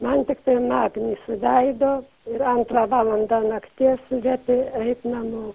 man tiktai magnį suleido ir antrą valandą nakties liepė eit namo